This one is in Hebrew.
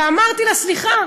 אמרתי לה: סליחה,